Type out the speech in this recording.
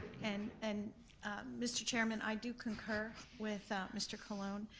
and and mr. chairman, i do concur with mr. colon.